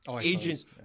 agents